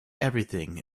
everything